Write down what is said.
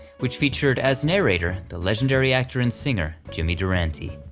which featured as narrator the legendary actor and singer jimmy durante,